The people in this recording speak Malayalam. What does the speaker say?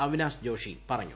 അവിനാശ് ജോഷി പറഞ്ഞു